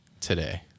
today